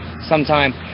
sometime